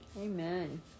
Amen